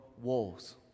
Walls